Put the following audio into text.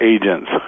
agents